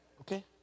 Okay